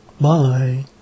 Bye